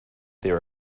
there